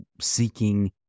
seeking